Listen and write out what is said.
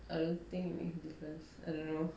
I don't think it make a difference I don't know